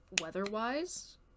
weather-wise